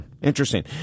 interesting